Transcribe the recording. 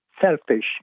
selfish